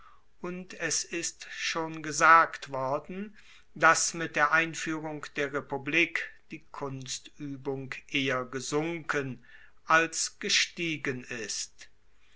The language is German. und es ist schon gesagt worden dass mit der einfuehrung der republik die kunstuebung eher gesunken als gestiegen ist